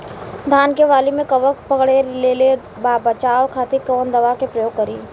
धान के वाली में कवक पकड़ लेले बा बचाव खातिर कोवन दावा के प्रयोग करी?